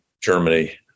germany